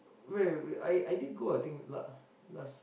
wait wait I I did go I think last last